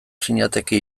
zinateke